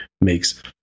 makes